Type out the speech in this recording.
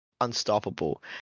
unstoppable